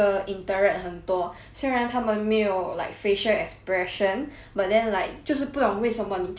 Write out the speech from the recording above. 虽然他们没有 like facial expression but then like 就是不懂为什么你就是可以看起来他当下